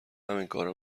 همینکارو